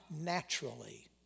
naturally